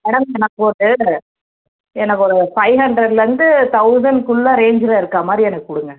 madam எனக்கு ஒரு எனக்கு ஒரு ஃபைவ் ஹண்ட்ரட்டிலேருந்து தௌசண்ட்க்குள்ளே ரேஞ்சில் இருக்கற மாதிரி எனக்கு கொடுங்க